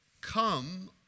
Come